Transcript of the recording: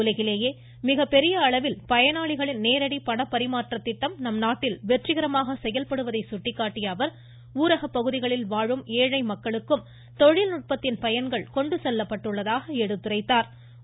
உலகிலேயே மிகப்பெரிய அளவில் பயனாளிகள் நேரடி பண பரிமாற்ற திட்டம் நம்நாட்டில் வெற்றிகரமாக செயல்படுவதை சுட்டிக்காட்டிய அவர் ஊரக பகுதிகளில் மக்களுக்கும் தொழில்நுட்பத்தின் பயன்கள் வாழழ் ஏழை கொண்டு செல்லப்பட்டுள்ளதாக எடுத்துரைத்தாா்